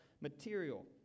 material